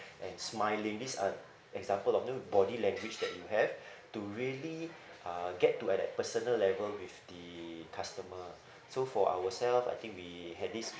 and smiling these are example of you know body language that you have to really uh get to at that personal level with the customer so for ourselves I think we had this